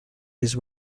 his